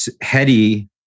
heady